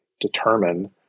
determine